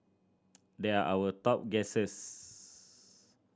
there are our top guesses